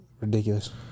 Ridiculous